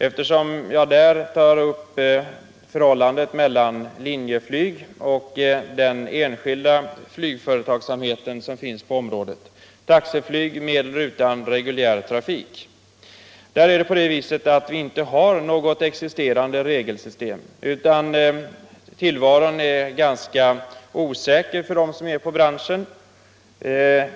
Den gäller förhållandet mellan Linjeflyg och den enskilda flygföretagsamhet som finns på området, taxiflyg med eller utan reguljär trafik. Här finns inget existerande regelsystem. Tillvaron är därför ganska osäker för dem som arbetar i branschen.